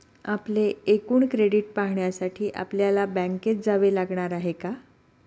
आपले एकूण क्रेडिट पाहण्यासाठी आपल्याला बँकेत जावे लागणार आहे का?